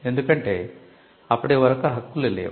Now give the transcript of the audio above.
ఎందుకంటే అప్పటి వరకు హక్కులు లేవు